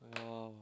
!wow!